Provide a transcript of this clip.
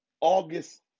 August